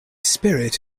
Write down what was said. spirit